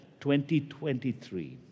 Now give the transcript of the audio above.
2023